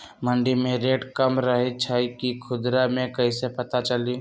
मंडी मे रेट कम रही छई कि खुदरा मे कैसे पता चली?